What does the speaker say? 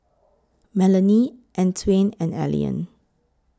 Melany Antwain and Allean